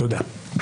תודה.